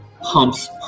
pumps